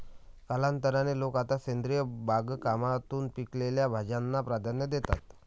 कालांतराने, लोक आता सेंद्रिय बागकामातून पिकवलेल्या भाज्यांना प्राधान्य देतात